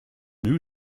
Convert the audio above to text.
new